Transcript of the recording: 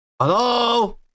Hello